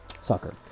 Soccer